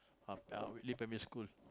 ah ya Whitley primary school